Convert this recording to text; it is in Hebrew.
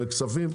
בכספים.